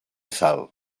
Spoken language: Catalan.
sal